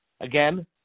Again